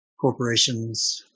corporations